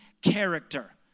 character